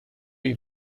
chi